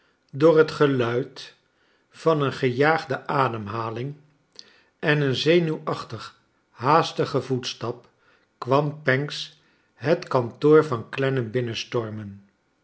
door het geluid van een gejaagde ademhaling en een zenuwachtig haastigen voetsfcap kwam pancks het kantoor van clennam binnenstormen